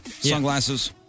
sunglasses